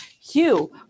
Hugh